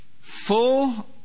Full